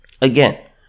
Again